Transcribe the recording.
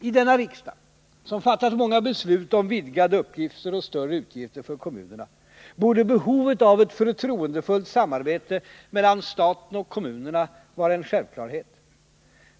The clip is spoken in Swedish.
I denna riksdag, som fattat många beslut om vidgade uppgifter och större utgifter för kommunerna, borde behovet av ett förtroendefullt samarbete mellan staten och kommunerna vara en självklarhet.